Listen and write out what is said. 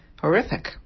horrific